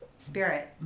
spirit